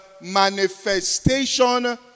manifestation